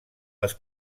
les